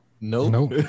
No